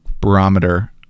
barometer